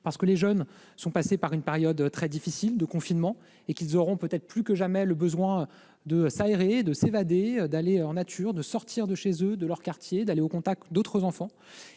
pour les jeunes. Ayant vécu une période très difficile de confinement, les jeunes auront peut-être plus que jamais le besoin de s'aérer, de s'évader, d'aller dans la nature, de sortir de chez eux et de leur quartier, d'aller au contact d'autres enfants.